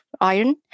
iron